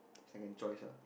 second choice ah